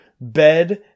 bed